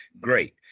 great